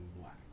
black